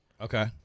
Okay